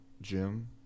gym